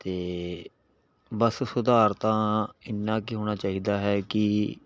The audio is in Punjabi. ਅਤੇ ਬੱਸ ਸੁਧਾਰ ਤਾਂ ਇੰਨਾਂ ਕੁ ਹੀ ਹੋਣਾ ਚਾਹੀਦਾ ਹੈ ਕਿ